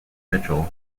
mitchell